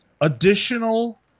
additional